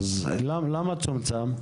מדוע זה צומצם?